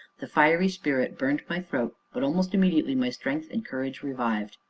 the fiery spirit burned my throat, but almost immediately my strength and courage revived.